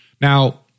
Now